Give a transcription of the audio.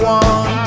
one